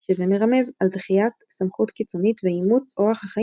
שזה מרמז על דחיית סמכות קיצונית ואימוץ אורח החיים